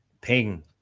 Ping